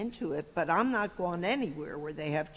into it but i'm not going anywhere where they have